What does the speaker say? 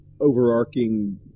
overarching